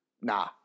Nah